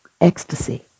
ecstasy